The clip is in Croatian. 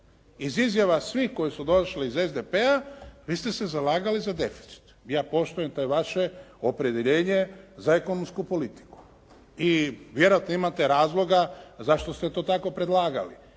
Iz izjava svih koji su došli iz SDP-a vi ste se zalagali za deficit. Ja poštujem te vaše opredjeljenje za ekonomsku politiku i vjerojatno imate razloga zašto ste to tako predlagali.